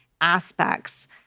aspects